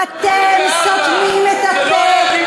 זהבה, הוא היה חבר באש"ף, אתם סותמים את הפה.